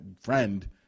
friend